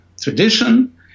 tradition